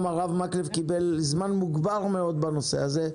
הרב מקלב קיבל זמן מוגבר מאוד בנושא הזה.